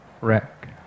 wreck